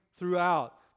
Throughout